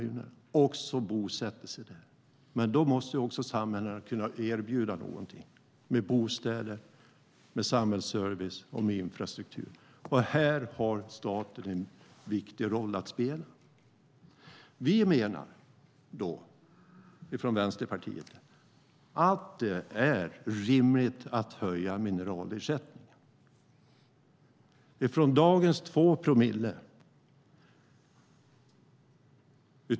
Men då måste också samhällena kunna erbjuda någonting med bostäder, samhällsservice och infrastruktur. Här har staten en viktig roll att spela.